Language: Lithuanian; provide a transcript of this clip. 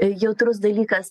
jautrus dalykas